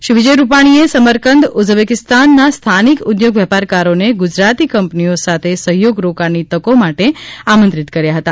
શ્રી વિજયભાઇ રૂપાણીએ સમરકંદ ઉઝબેકિસ્તાનના સ્થાનિક ઉદ્યોગ વેપારકારોને ગુજરાતી કંપનીઓ સાથે સહયોગ રોકાણની તકો માટે આમંત્રિત કર્યા હતા